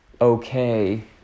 Okay